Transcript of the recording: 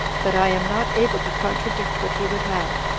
that i am not able to contradict what he would have,